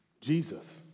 Jesus